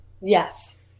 Yes